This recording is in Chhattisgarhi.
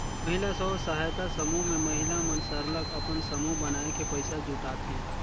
महिला स्व सहायता समूह में महिला मन सरलग अपन समूह बनाए के पइसा जुटाथें